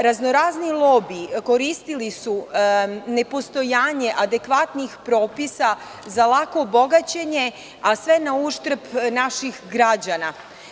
Razno razni lobiji koristili su nepostojanje adekvatnih propisa za lako bogaćenje, a sve na uštrb naših građana.